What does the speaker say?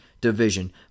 division